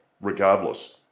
regardless